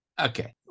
Okay